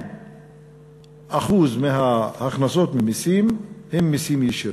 62% מההכנסות ממסים הן מסים ישירים.